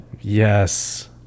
Yes